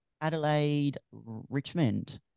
Adelaide-Richmond